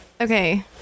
Okay